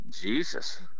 Jesus